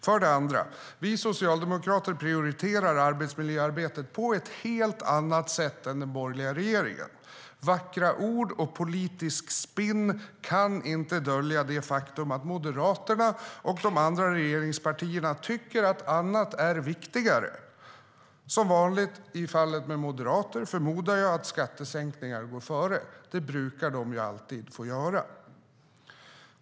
För det andra: Vi socialdemokrater prioriterar arbetsmiljöarbetet på ett helt annat sätt än den borgerliga regeringen. Vackra ord och politisk spin kan inte dölja det faktum att Moderaterna och de andra regeringspartierna tycker att annat är viktigare. Som vanligt i fallet med Moderaterna förmodar jag att skattesänkningar går före - det brukar de ju alltid få göra.